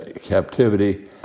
captivity